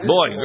Boy